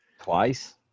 twice